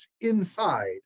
inside